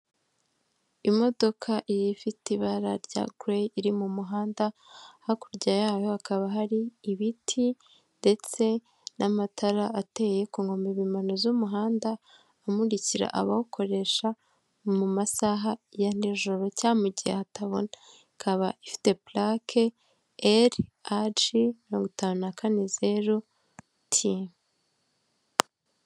Imodoka iba ifite ibara rya gureyi iri mu muhanda hakurya yayo hakaba hari ibiti ndetse n'amatara ateye ku nkombe mpimbano z'umuhanda amurikira abawukoresha mu masaha ya nijoro cyangwa mu gihe hatabona, ikaba ifite plaque eri aji mirongo itanu na kane zeru, ti.